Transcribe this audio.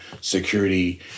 security